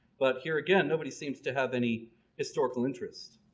but here again nobody seems to have any historical interest.